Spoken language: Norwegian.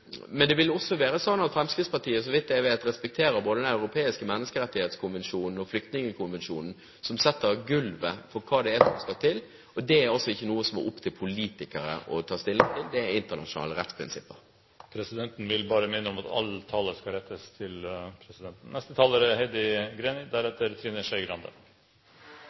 Men det er jo også slik at Fremskrittspartiet, så vidt jeg vet, respekterer både Den europeiske menneskerettighetskonvensjonen og flyktningkonvensjonen, som legger gulvet for hva det er som skal til. Det er altså ikke noe som er opp til politikerne å ta stilling til. Det er internasjonale rettsprinsipper. Presidenten vil bare minne om at all tale skal rettes til presidenten.